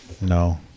No